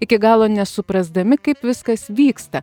iki galo nesuprasdami kaip viskas vyksta